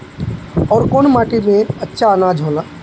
अवर कौन माटी मे अच्छा आनाज होला?